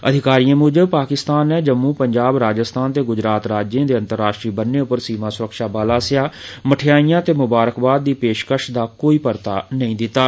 अधिकारिएं मूजब पाकिस्तान नै जम्मू पंजाब राजस्थान ते गुजरात राज्ये दे अंतर्राश्ट्रीय बन्ने पर सीमा सुरक्षा बल पास्सेआ मठेआइए ते मुबारकबाददी पेशकश दा कोई परता नेई दित्ता